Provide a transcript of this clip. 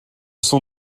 son